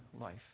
life